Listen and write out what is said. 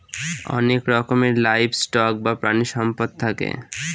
অনেক রকমের livestock বা প্রানীসম্পদ থাকে